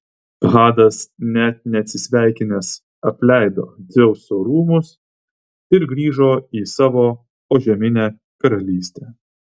hadas net neatsisveikinęs apleido dzeuso rūmus ir grįžo į savo požeminę karalystę